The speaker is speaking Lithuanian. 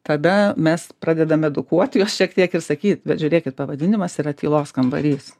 tada mes pradedame edukuoti juos šiek tiek ir sakyt bet žiūrėkit pavadinimas yra tylos kambarys